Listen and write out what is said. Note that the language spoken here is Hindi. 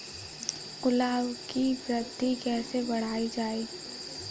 गुलाब की वृद्धि कैसे बढ़ाई जाए?